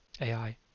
AI